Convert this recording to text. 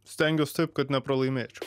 stengiuos taip kad nepralaimėčiau